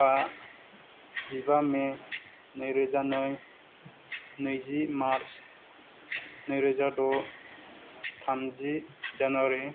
बा जिबा मे नैरोजा नै नैजि मार्च नैरोजा द' थामजि जानुवारि